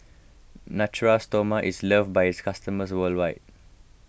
Natura Stoma is loved by its customers worldwide